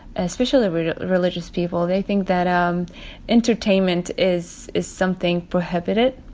especially religious people, they think that um entertainment is is something prohibited.